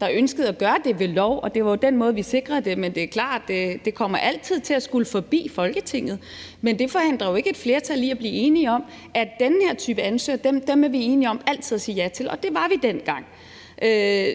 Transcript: der ønskede at gøre det ved lov, og det var den måde, vi sikrede det. Det er klart, at det altid kommer til at skulle forbi Folketinget, men det forhindrer jo ikke et flertal i at blive enige om, at den her type ansøgere er vi enige om altid at sige ja til, og det var vi dengang.